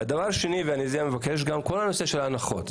ודבר נוסף, ואני גם מבקש, כל הנושא של ההנחות.